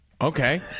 Okay